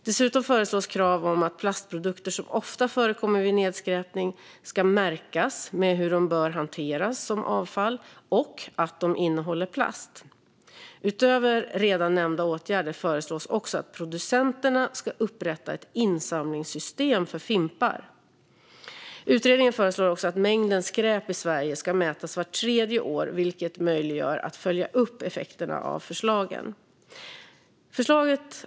Dessutom föreslås krav om att plastprodukter som ofta förekommer vid nedskräpning ska märkas med hur de bör hanteras som avfall och att de innehåller plast. Utöver redan nämnda åtgärder föreslås också att producenterna ska upprätta ett insamlingssystem för fimpar. Utredningen föreslår också att mängden skräp i Sverige ska mätas vart tredje år, vilket möjliggör att följa upp effekterna av förslagen.